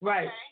Right